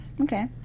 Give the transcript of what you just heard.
Okay